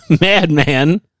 Madman